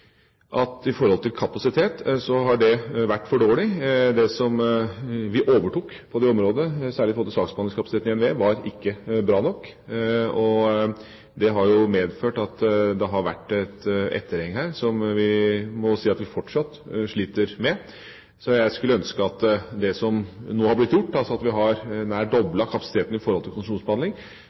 særlig i forhold til saksbehandlingskapasiteten i NVE, var ikke bra nok, og det har medført at det har vært et etterheng her, som vi må si at vi fortsatt sliter med. Så jeg skulle ønske at det som nå har blitt gjort, altså at vi har nær doblet kapasiteten i forhold til konsesjonsbehandling,